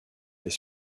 des